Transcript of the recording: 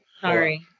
Sorry